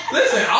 Listen